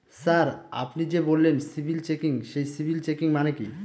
Sir আপনি যে বললেন সিবিল চেকিং সেই সিবিল চেকিং মানে কি?